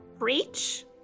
Preach